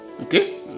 okay